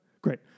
Great